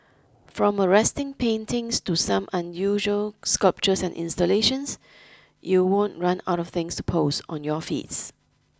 from arresting paintings to some unusual sculptures and installations you won't run out of things to post on your feeds